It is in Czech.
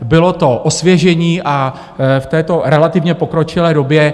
Bylo to osvěžení v této relativně pokročilé době.